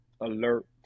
alert